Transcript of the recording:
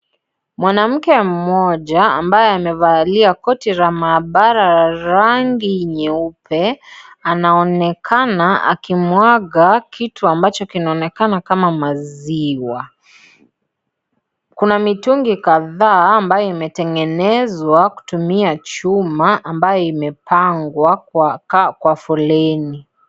Mwanamke mmoja ambaye amevalia koti la maabara la rangi nyeupe anaonekana akimwaga kitu ambacho kinaonekana kama maziwa. Kuna mitungi kadhaa ambayo imetengenezwa kutumia chuma ambayo imepangwa kwa foleni.